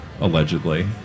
allegedly